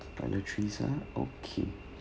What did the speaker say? toiletries ah okay